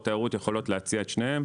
התיירות יכולות להציע את שתי האופציות.